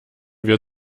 wir